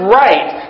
right